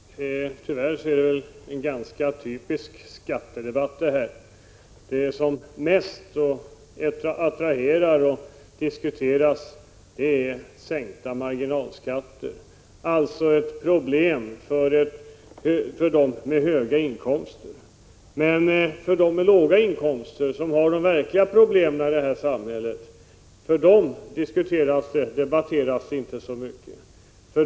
Herr talman! Tyvärr är detta en ganska typisk skattedebatt. Det som mest attraherar och diskuteras är sänkningar av marginalskatterna, alltså problem för dem som har höga inkomster. Men om låginkomsttagarna, som har de verkliga problemen i samhället, debatteras det inte så mycket.